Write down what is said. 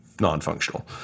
non-functional